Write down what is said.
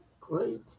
Great